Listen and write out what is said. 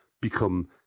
become